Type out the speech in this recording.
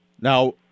Now